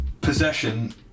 Possession